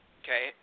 okay